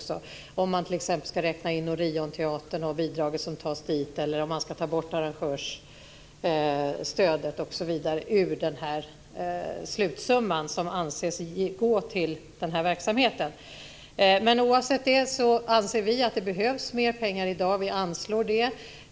Ska man t.ex. räkna in Orionteatern och bidraget som ges dit eller ska man ta bort arrangörsstödet ur slutsumman som anses gå till den här verksamheten? Oavsett det anser vi att det behövs mer pengar i dag. Vi anslår det.